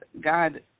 God